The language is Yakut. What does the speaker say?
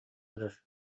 эрэр